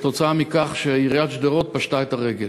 כתוצאה מכך שעיריית שדרות פשטה את הרגל.